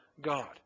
God